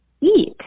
eat